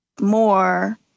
more